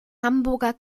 hamburger